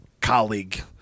colleague